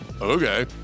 Okay